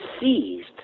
seized